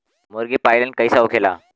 मुर्गी पालन कैसे होखेला?